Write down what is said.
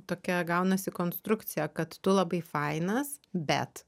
tokia gaunasi konstrukcija kad tu labai fainas bet